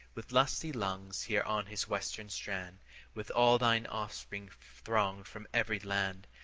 with lusty lung, here on his western strand with all thine offspring thronged from every land,